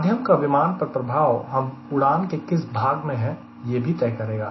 माध्यम का विमान पर प्रभाव हम उड़ान के किस भाग में हैं यह तय करेगा